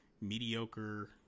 mediocre